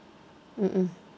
mmhmm